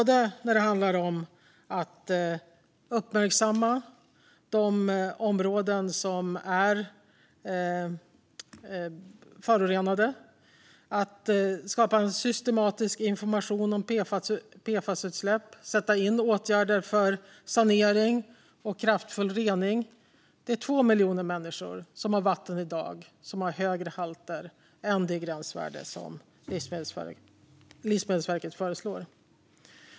Det handlar om att uppmärksamma de områden som är förorenade, skapa systematisk information om PFAS-utsläpp och vidta åtgärder för sanering och kraftfull rening. Det är i dag 2 miljoner människor som har vatten med halter över det gränsvärde som Livsmedelsverket föreslår.